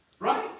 Right